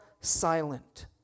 silent